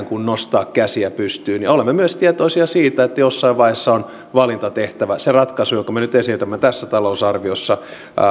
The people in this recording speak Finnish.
kuin nostaa käsiä pystyyn ja olemme myös tietoisia siitä että jossain vaiheessa on valinta tehtävä se ratkaisu jonka me nyt esitämme tässä talousarviossa